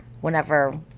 whenever